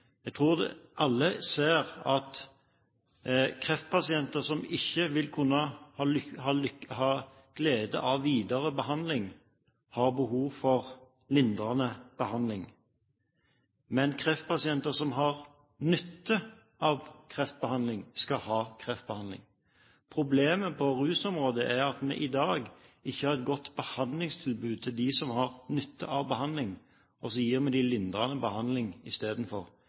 Jeg tror alle ser at kreftpasienter som ikke vil kunne ha glede av videre behandling, har behov for lindrende behandling. Men kreftpasienter som har nytte av kreftbehandling, skal ha kreftbehandling. Problemet på rusområdet er at vi i dag ikke har et godt behandlingstilbud til dem som har nytte av behandling, og så gir vi dem lindrende behandling istedenfor.